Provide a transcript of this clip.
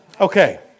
Okay